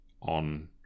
on